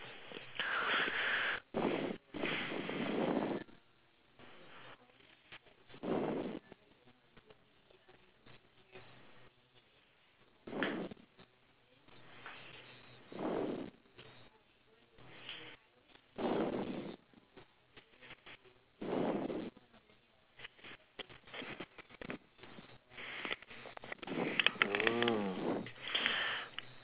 oh